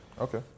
Okay